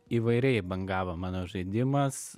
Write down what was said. įvairiai bangavo mano žaidimas